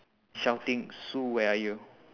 shouting sue where are you